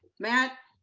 matt.